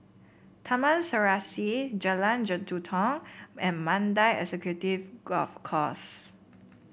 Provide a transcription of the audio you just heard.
Taman Serasi Jalan Jelutong and Mandai Executive Golf Course